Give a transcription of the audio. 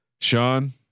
Sean